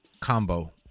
combo